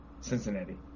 Cincinnati